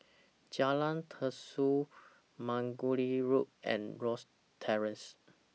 Jalan Terusan Margoliouth Road and Rosyth Terrace